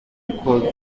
impyiko